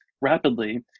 rapidly